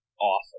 awesome